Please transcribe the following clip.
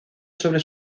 sobre